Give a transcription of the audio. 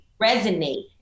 resonate